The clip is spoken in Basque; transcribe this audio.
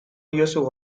diozu